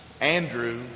Andrew